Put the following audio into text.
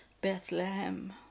Bethlehem